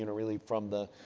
you know really from the,